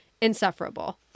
Insufferable